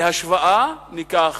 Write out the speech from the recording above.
להשוואה, ניקח